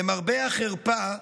למרבה החרפה,